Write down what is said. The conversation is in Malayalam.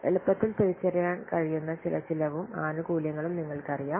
എളുപ്പത്തിൽ തിരിച്ചറിയാൻ കഴിയുന്ന ചില ചിലവും ആനുകൂല്യങ്ങളും നിങ്ങൾക്കറിയാം